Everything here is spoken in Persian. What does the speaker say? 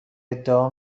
ادعا